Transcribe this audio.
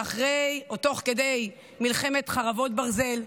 ואחרי או תוך כדי מלחמת חרבות ברזל,